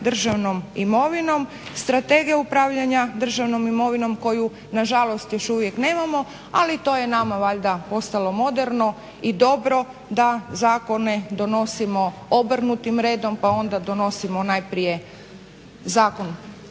državnom imovinom. Strategija upravljanja državnom imovinom koju nažalost još uvijek nemamo. Ali to je nama valjda postalo moderno i dobro da zakone donosimo obrnutim redom, pa onda donosimo najprije zakon